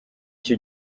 icyo